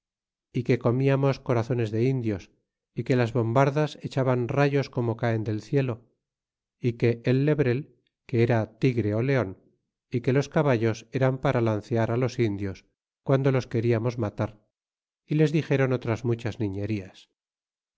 é que comiainos corazones de indios e que las bombardas echaban rayos como caen del cielo é que el lebrel que era tigre leon y que los caballos eran para lancear los indios quando los queriamos matar y les dixéron otras muchas niñerías